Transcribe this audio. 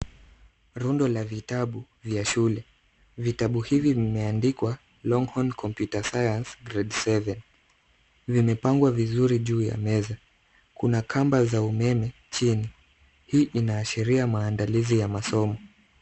Rundo la vitabu vya shule. Vitabu hivi vimeandikwa Longhorn computer science grade seven . Vimepangwa vizuri juu ya meza. Kuna kamba za umeme chini. Hii inaashiria maandalizi ya masomo.